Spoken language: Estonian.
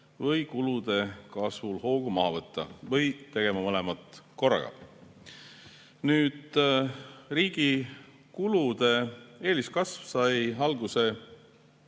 kulude kasvul hoogu maha võtta või tegema mõlemat korraga. Riigi kulude eeliskasv sai alguse